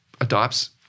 adopts